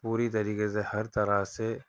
پوری طریقے سے ہر طرح سے